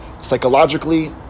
psychologically